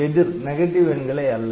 எதிர் எண்களை அல்ல